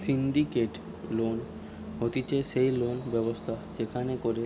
syndicated loan হতিছে সেই loan ব্যবস্থা যেখান করে